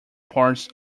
parts